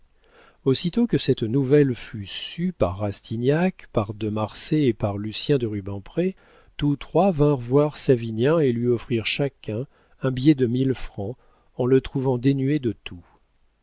aussitôt que cette nouvelle fut sue par rastignac par de marsay et par lucien de rubempré tous trois vinrent voir savinien et lui offrirent chacun un billet de mille francs en le trouvant dénué de tout